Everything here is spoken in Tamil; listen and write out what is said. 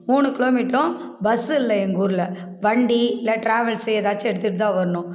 மூணு கிலோ மீட்ரும் பஸ்ஸு இல்லை எங்கூரில் வண்டி இல்லை டிராவல்ஸு எதாச்சும் எடுத்துகிட்டு தான் வரணும்